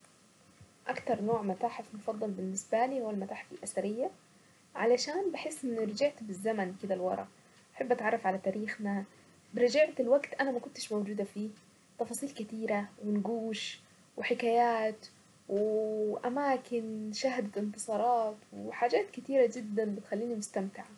اكتر مكان زرته وفاق توقعاتي كلها كانت الاسماعيلية مدينة جميلة جدا وحلوة ومشهورة بالمانجة كمان جبت مانجة وانا راجعة وفيها طبيعة خلابة وحتى بحرها هادي يعني البحر الموجة نفسها هادية وفي نفس الوقت جميلة وفيها أنشطة بحرية كتيرة.